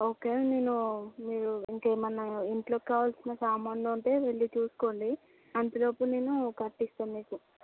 okay నేను మీరు ఇంకా ఏమైనా ఇంట్లోకి కావాల్సిన సామానులు ఉంటే వెళ్ళి చూసుకోండి అంతలోపు నేను కట్టి ఇస్తాను మీకు